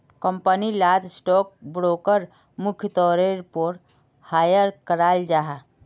company लात stock broker मुख्य तौरेर पोर हायर कराल जाहा